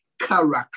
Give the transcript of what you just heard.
character